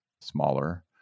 smaller